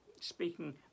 speaking